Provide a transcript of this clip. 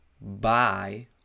Bye